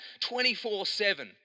24-7